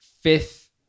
fifth